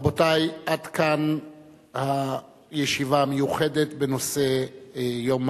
רבותי, עד כאן הישיבה המיוחדת בנושא יום